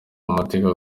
amateka